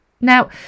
Now